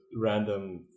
random